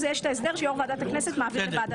נעבור